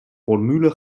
formule